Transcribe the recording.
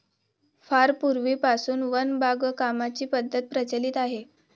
फार पूर्वीपासून वन बागकामाची पद्धत प्रचलित आहे